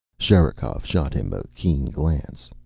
sherikov shot him a keen glance.